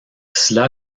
cela